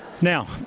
Now